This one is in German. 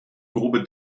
grobe